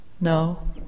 No